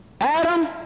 Adam